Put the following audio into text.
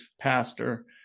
pastor